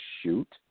Shoot